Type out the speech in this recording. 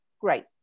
Great